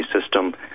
system